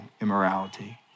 immorality